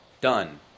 done